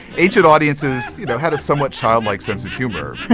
ancient audiences you know had a somewhat childlike sense of humour.